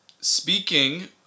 Speaking